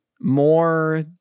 more